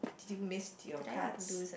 do you miss your cards